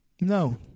No